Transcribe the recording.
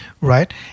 right